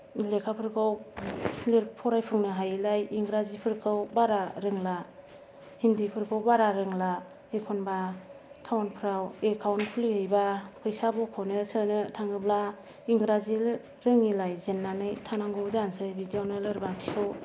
लेखाफोरखौ लिर फरायफुंनो हायिलाय इंराजीफोरखौ बारा रोंला हिन्दीफोरखौ बारा रोंला एखनबा थावनफोराव एकाउन्ट खुलिहैबा फैसा बख'नो सोनो थाङोब्ला इंराजी रोङिलाय जेन्नानै थानांगौ जानोसै बिदियावनो लोरबांथिखौ